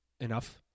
Enough